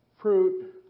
fruit